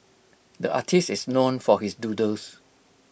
the artist is known for his doodles